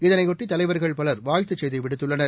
இதனையொட்டி தலைவர்கள் பலர் வாழ்த்து செய்தி விடுத்துள்ளனர்